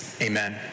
Amen